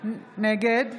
נגד